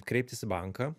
kreiptis į banką